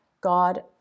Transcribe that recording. God